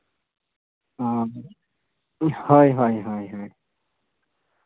ᱚᱸᱻ ᱦᱳᱭ ᱦᱳᱭ ᱦᱳᱭ